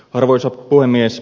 arvoisa puhemies